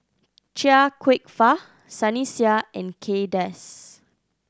Chia Kwek Fah Sunny Sia and Kay Das